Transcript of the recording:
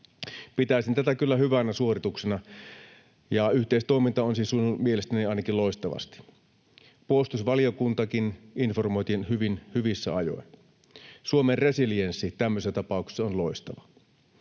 Pitäisin tätä kyllä hyvänä suorituksena. Yhteistoiminta on siis sujunut ainakin minun mielestäni loistavasti. Puolustusvaliokuntaakin informoitiin hyvin hyvissä ajoin. Suomen resilienssi tämmöisessä tapauksessa on loistava.